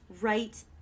right